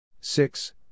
Six